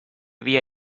vía